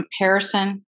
comparison